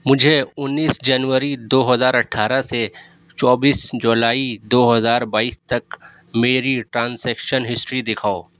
مجھے انیس جنوری دو ہزار اٹھارہ سے چوبیس جولائی دو ہزار بائیس تک میری ٹرانسیکشن ہسٹری دکھاؤ